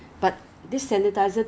要用买了就要用